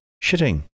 shitting